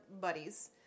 buddies